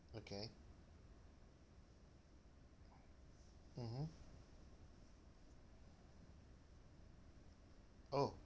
okay mmhmm oh